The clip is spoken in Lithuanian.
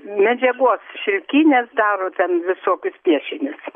medžiagos šilkinės daro ten visokius piešinius